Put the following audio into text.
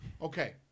Okay